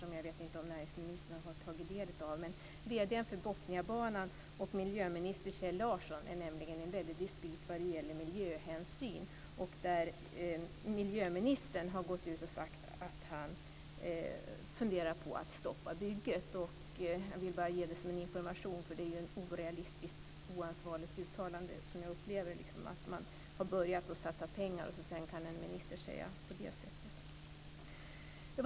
Jag vet inte om näringsministern har tagit del av dem. Vd:n för Botniabanan och miljöminister Kjell Larsson är nämligen i dispyt vad gäller miljöhänsyn. Miljöministern har gått ut och sagt att han funderar på att stoppa bygget. Jag vill ge det som en information. Det är ett orealistiskt och oansvarigt uttalande. Man har börjat satsa pengar, och sedan kan en minister säga på det sättet.